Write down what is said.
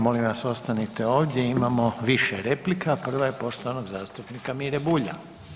Molim vas ostanite ovdje, imamo više replika, prva je poštovanog zastupnika Mire Bulja.